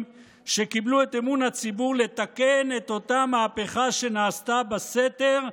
שקיבלו את אמון הציבור לתקן את אותה מהפכה שנעשתה בסתר,